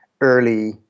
early